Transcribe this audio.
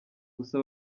gusa